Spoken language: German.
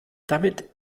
damit